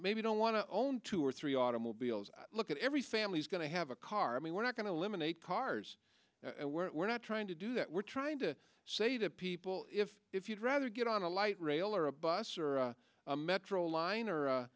maybe don't want to own two or three automobiles look at every family's going to have a car i mean we're not going to eliminate cars and we're not trying to do that we're trying to say to people if if you'd rather get on a light rail or a bus or a metro line or